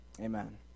Amen